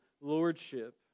lordship